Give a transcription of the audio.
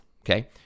okay